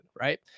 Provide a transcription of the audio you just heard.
right